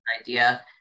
idea